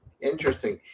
Interesting